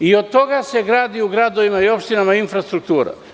I od toga se gradi u gradovima i opštinama infrastruktura.